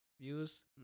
Views